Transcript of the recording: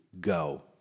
go